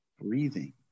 breathing